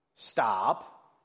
Stop